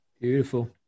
Beautiful